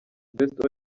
best